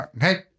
hey